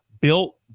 built